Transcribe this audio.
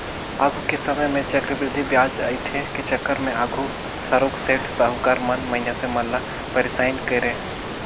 आघु के समे में चक्रबृद्धि बियाज अंइठे के चक्कर में आघु थारोक सेठ, साहुकार मन मइनसे मन ल पइरसान करें